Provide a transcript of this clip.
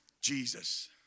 Jesus